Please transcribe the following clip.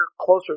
closer